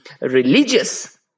religious